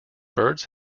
birds